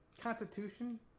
Constitution